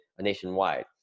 nationwide